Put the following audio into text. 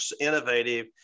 innovative